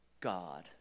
god